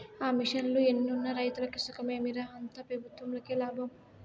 ఆ మిషన్లు ఎన్నున్న రైతులకి సుఖమేమి రా, అంతా పెబుత్వంకే లాభం